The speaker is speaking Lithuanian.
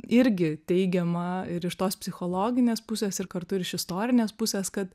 irgi teigiamą ir iš tos psichologinės pusės ir kartu ir iš istorinės pusės kad